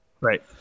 Right